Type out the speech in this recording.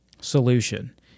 solution